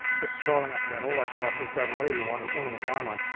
just scrolling up and down all those shots, just grabbin' whatever you want, assembling a timeline,